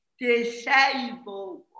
disabled